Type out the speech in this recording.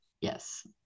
Yes